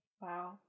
Wow